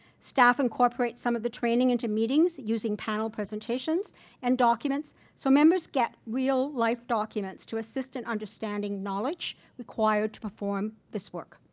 staff incorporate some of the training into meetings using panel presentations and documents, so members get real life documents to assist in understanding knowledge required to perform this work.